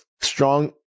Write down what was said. strong